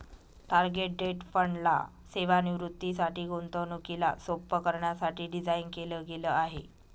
target date fund ला सेवानिवृत्तीसाठी, गुंतवणुकीला सोप्प करण्यासाठी डिझाईन केल गेल आहे